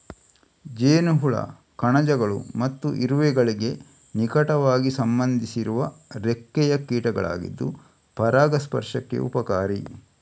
ಜೇನುಹುಳ ಕಣಜಗಳು ಮತ್ತು ಇರುವೆಗಳಿಗೆ ನಿಕಟವಾಗಿ ಸಂಬಂಧಿಸಿರುವ ರೆಕ್ಕೆಯ ಕೀಟಗಳಾಗಿದ್ದು ಪರಾಗಸ್ಪರ್ಶಕ್ಕೆ ಉಪಕಾರಿ